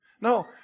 No